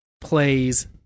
plays